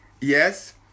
yes